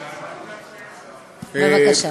בבקשה.